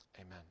Amen